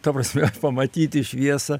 ta prasme pamatyti šviesą